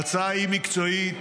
ההצעה היא מקצועית,